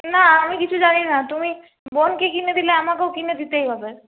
না আমি কিছু জানি না তুমি বোনকে কিনে দিলে আমাকেও কিনে দিতেই হবে